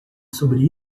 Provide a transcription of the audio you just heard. sobre